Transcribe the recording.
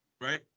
Right